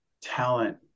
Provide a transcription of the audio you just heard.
talent